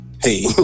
hey